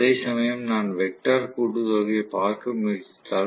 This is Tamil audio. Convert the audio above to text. அதேசமயம் நான் வெக்டர் கூட்டு தொகையைப் பார்க்க முயற்சித்தால்